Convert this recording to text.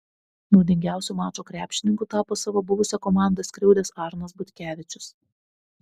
naudingiausiu mačo krepšininku tapo savo buvusią komandą skriaudęs arnas butkevičius